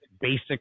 basic